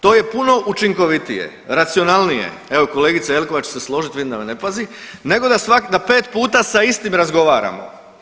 To je puno učinkovitije, racionalnije, evo kolegica Jelkovac će se složit, vidim da me ne pazi, nego da 5 puta sa istim razgovaramo.